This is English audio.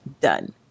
done